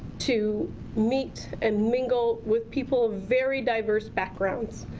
to meet and mingle with people of very diverse backgrounds.